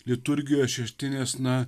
liturgijoj šeštinės na